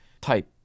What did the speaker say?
type